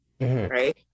Right